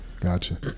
gotcha